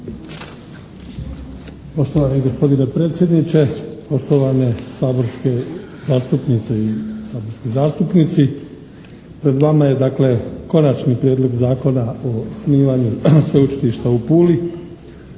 Poštovani gospodine predsjedniče, poštovane saborske zastupnice i saborski zastupnici. Pred vama je dakle Konačni prijedlog Zakona o osnivanju Sveučilišta u Puli.